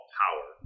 power